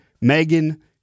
Megan